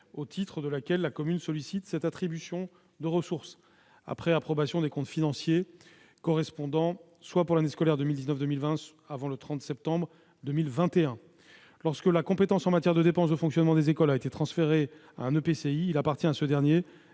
au titre de laquelle la commune sollicite cette attribution de ressources, après approbation des comptes financiers correspondants, soit, pour l'année scolaire 2019-2020, avant le 30 septembre 2021. Lorsque la compétence en matière de dépenses de fonctionnement des écoles a été transférée à un EPCI, il appartient à ce dernier